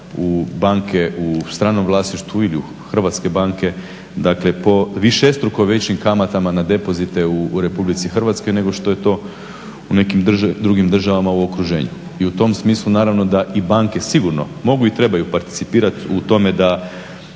u banke u stranom vlasništvu ili u hrvatske banke. Dakle, po višestruko većim kamatama na depozite u RH nego što je to u nekim drugim državama u okruženju. I u tom smislu, naravno, da i banke sigurno mogu i trebaju participirati u tome da